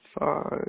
five